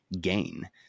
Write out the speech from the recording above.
gain